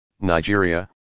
Nigeria